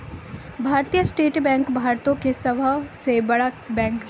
भारतीय state bank भारतो के सभ से बड़ा बैंक छै